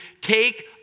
Take